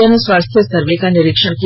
जन स्वास्थ्य सर्वे का निरीक्षण किया